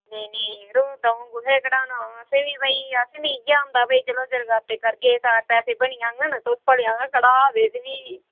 नेईं नेईं द'ऊं कुत्थै घटाना अस बी भाई इ'यै होंदा कि जगराते करगे चार पैसे बनी आंङन तुस पल्लेआं घटादे ते फिरी